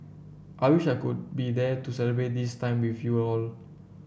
I wish I could be there to celebrate this time with you all